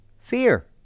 Fear